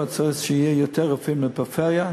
וצריך שיהיו יותר רופאים לפריפריה.